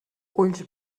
ulls